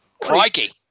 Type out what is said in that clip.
Crikey